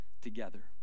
together